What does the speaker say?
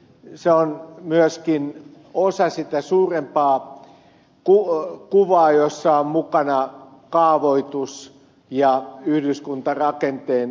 se on myöskin osa sitä suurempaa kuvaa jossa ovat mukana kaavoitus ja yhdyskuntarakenteen kehittäminen